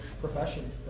profession